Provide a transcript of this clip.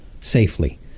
safely